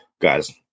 guys